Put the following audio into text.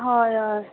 हय हय